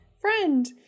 friend